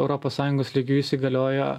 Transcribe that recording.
europos sąjungos lygiu įsigaliojo